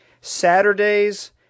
Saturdays